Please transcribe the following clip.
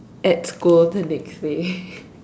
at school the next day